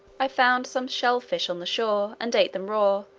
i found some shellfish on the shore, and ate them raw,